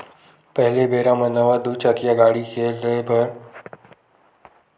पहिली बेरा म नवा दू चकिया गाड़ी के ले बर म एके साल के बीमा राहत रिहिस हवय फेर आजकल पाँच साल के बीमा करे के नियम आगे हे